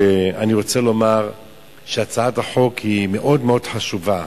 אני רוצה לומר שהצעת החוק מאוד חשובה.